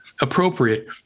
appropriate